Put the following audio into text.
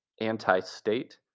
anti-state